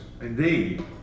Indeed